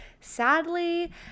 Sadly